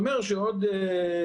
אתה יודע מה אנחנו נעשה,